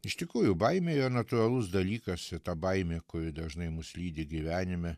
iš tikrųjų baimė yra natūralus dalykas ir ta baimė kuri dažnai mus lydi gyvenime